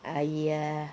!aiya!